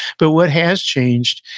but, what has changed,